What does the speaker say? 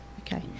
okay